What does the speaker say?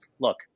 look